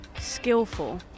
Skillful